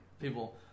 people